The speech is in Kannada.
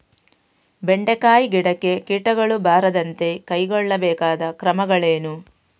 ಬೆಂಡೆಕಾಯಿ ಗಿಡಕ್ಕೆ ಕೀಟಗಳು ಬಾರದಂತೆ ಕೈಗೊಳ್ಳಬೇಕಾದ ಕ್ರಮಗಳೇನು?